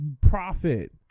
Profit